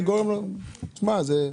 להציג להם את נושא המגע של השמן בעיבוד - ייאמר